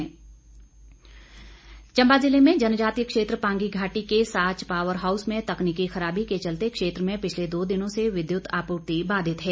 बिजली बाधित चंबा जिले में जनजातीय क्षेत्र पांगी घाटी के साच पावर हाऊस में तकनीकी खराबी के चलते क्षेत्र में पिछले दो दिनों से विघत आपूर्ति बाधित है